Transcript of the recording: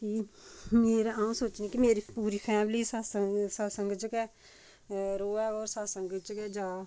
कि मेरा अ'ऊं सोचनी कि मेरी पूरी फैमली सत्संग सत्संग च गै रोऐ होर सतसंग च गै जा